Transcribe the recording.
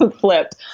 Flipped